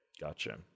Gotcha